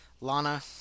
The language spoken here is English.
Lana